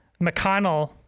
mcconnell